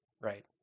right